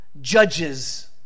Judges